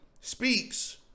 speaks